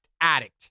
addict